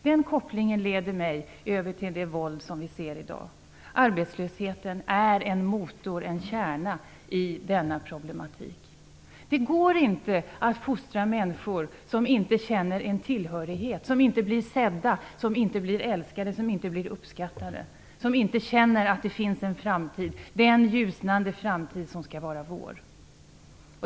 Den kopplingen leder mig över till det våld vi ser i dag. Arbetslösheten är en motor, en kärna i denna problematik. Det går inte att fostra människor som inte känner en tillhörighet, som inte blir sedda, älskade, uppskattade, som inte känner att det finns en framtid, den ljusnande framtid som skall vara vår.